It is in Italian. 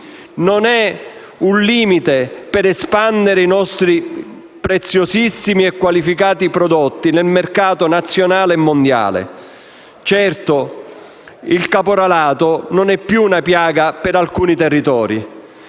non è un limite per espandere i nostri preziosissimi e qualificati prodotti nel mercato nazionale e mondiale. Certo, il caporalato non è più una piaga di alcuni territori: